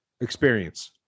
experience